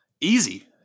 Easy